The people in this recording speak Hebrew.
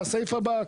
הסעיף הבא,